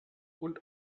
und